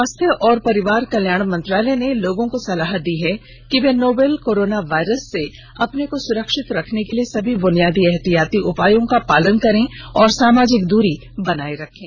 स्वास्थ्य और परिवार कल्याण मंत्रालय ने लोगों को सलाह दी है कि वे नोवल कोरोना वायरस से अपने को सुरक्षित रखने के लिए सभी बुनियादी एहतियाती उपायों का पालन करें और सामाजिक दूरी बनाए रखें